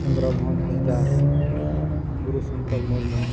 Chandra Mohan Hansda Guru Sankar Murmu